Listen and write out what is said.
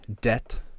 debt